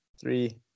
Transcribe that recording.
three